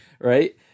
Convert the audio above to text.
Right